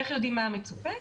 איך יודעים מה המצופה?